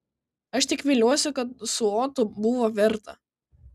aš tik viliuosi kad su otu buvo verta